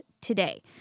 today